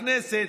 לכנסת,